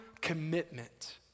commitment